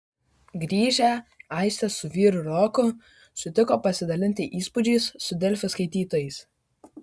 grįžę aistė su vyru roku sutiko pasidalinti įspūdžiais su delfi skaitytojais